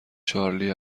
چارلی